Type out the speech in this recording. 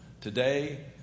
Today